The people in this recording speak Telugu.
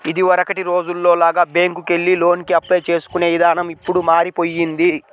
ఇదివరకటి రోజుల్లో లాగా బ్యేంకుకెళ్లి లోనుకి అప్లై చేసుకునే ఇదానం ఇప్పుడు మారిపొయ్యింది